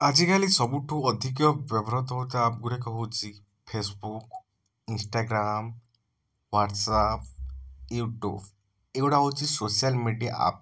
ଆଜିକାଲି ସବୁଠୁ ଅଧିକ ବ୍ୟବହୃତ ହେଉଥିବା ଆପ୍ ଗୁଡ଼ିକ ହେଉଛି Facebook Instagram WhatsApp YouTube ଏଗୁଡ଼ାକ ହେଉଛି ସୋସିଅଲ ମିଡ଼ିଆ ଆପ